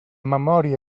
memòria